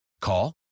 Call